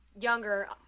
younger